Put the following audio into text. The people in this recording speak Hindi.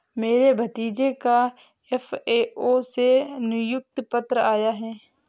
मेरे भतीजे का एफ.ए.ओ से नियुक्ति पत्र आया है